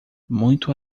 muito